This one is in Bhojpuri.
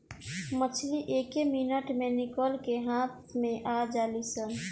मछली एके मिनट मे निकल के हाथ मे आ जालीसन